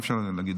הצבעה.